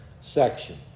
section